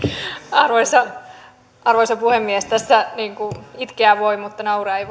arvoisa puhemies tässä ikään kuin itkeä voi mutta nauraa ei